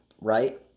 right